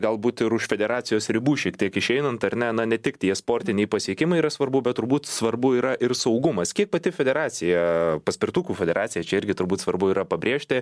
galbūt ir už federacijos ribų šiek tiek išeinant ar ne na ne tik tie sportiniai pasiekimai yra svarbu bet turbūt svarbu yra ir saugumas kiek pati federacija paspirtukų federacija čia irgi turbūt svarbu yra pabrėžti